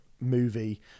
movie